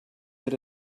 era